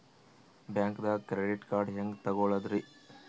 ಬ್ಯಾಂಕ್ದಾಗ credit card ಹೆಂಗ್ ತಗೊಳದ್ರಿ?